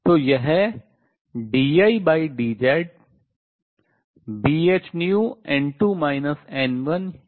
तो यह dIdZ Bhνn2 n1uT के बराबर है